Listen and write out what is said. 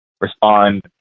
respond